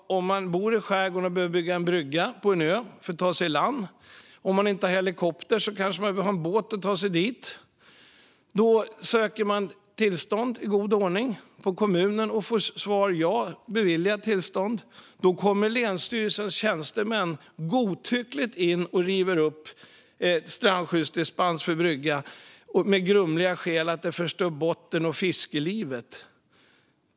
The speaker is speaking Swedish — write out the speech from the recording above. Om man bor på en ö i skärgården, inte har en helikopter men en båt för att ta sig dit ansöker man i god ordning tillstånd hos kommunen för att bygga en brygga. Man får svaret att tillstånd beviljas. Då kommer länsstyrelsens tjänstemän godtyckligt in och river upp strandskyddsdispens för brygga med det grumliga skälet att bryggan förstör botten och fiskelivet.